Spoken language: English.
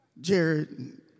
Jared